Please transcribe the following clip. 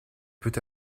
peut